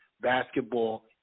basketball